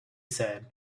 said